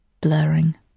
blurring